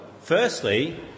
firstly